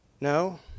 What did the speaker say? No